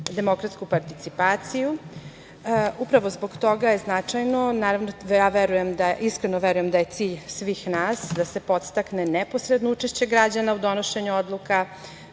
demokratsku participaciju. Upravo zbog toga je značajno. Naravno, ja verujem, iskreno verujem da je cilj svih nas da se podstakne neposredno učešće građana u donošenju odluka. Moram